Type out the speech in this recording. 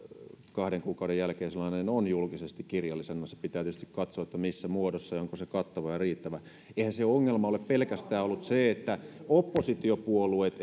kahden kuukauden jälkeen sellainen on julkisesti kirjallisena se pitää tietysti katsoa missä muodossa se on ja onko se kattava ja riittävä eihän se ongelma ole ollut pelkästään se että oppositiopuolueet